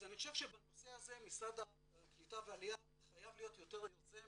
אני חושב שבנושא הזה משרד הקליטה והעלייה חייב להיות יותר יוזם,